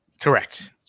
Correct